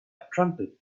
trumpet